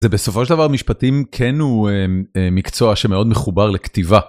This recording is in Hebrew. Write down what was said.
זה בסופו של דבר משפטים כן הוא, אה, מקצוע שמאוד מחובר לכתיבה.